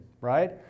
right